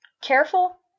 careful